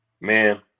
man